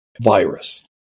virus